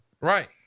Right